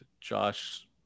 Josh